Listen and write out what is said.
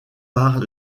par